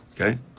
Okay